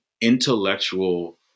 intellectual